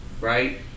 right